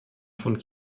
von